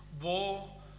war